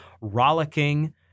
rollicking